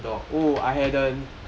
damn dog